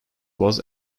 was